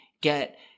get